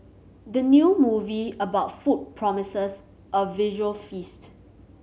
the new movie about food promises a visual feast